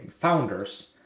founders